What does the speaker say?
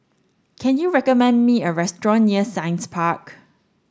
can you recommend me a restaurant near Science Park